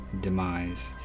demise